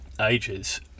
ages